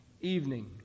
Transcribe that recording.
evening